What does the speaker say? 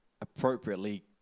appropriately